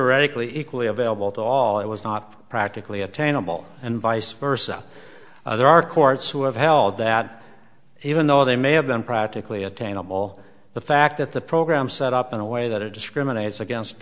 equally available to all it was not practically attainable and vice versa there are courts who have held that even though they may have been practically attainable the fact that the program set up in a way that it discriminates against